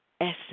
Essence